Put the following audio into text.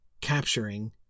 capturing